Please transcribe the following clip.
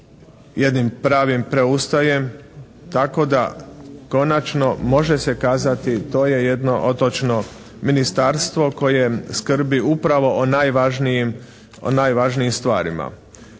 jednim pravim preustrojem. Tako da konačno može se kazati, to je jedno otočno ministarstvo koje skrbi upravo o najvažnijim stvarima.